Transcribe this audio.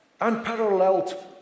Unparalleled